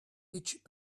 each